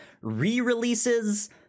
re-releases